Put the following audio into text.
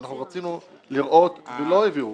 אנחנו רצינו לראות ולא העבירו.